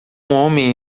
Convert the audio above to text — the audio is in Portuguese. homem